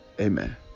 Amen